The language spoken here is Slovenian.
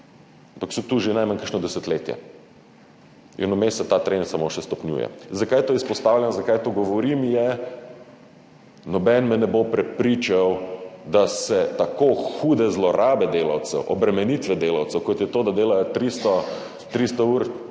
ampak so tu že najmanj kakšno desetletje in vmes se ta trend samo še stopnjuje. Zakaj to izpostavljam, zakaj to govorim? Noben me ne bo prepričal, da se tako hude zlorabe delavcev, obremenitve delavcev, kot je to, da delajo 300 ur